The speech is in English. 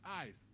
eyes